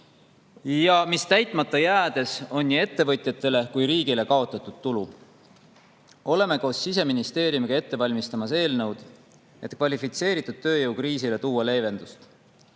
ja mis täitmata jäädes on nii ettevõtjatele kui ka riigile kaotatud tulu. Oleme koos Siseministeeriumiga ette valmistamas eelnõu, et kvalifitseeritud tööjõu kriisile tuua leevendust.